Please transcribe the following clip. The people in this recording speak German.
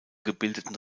gebildeten